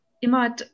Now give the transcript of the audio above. immer